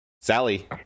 sally